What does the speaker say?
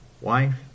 wife